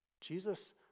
Jesus